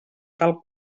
del